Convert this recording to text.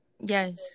Yes